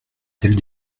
telle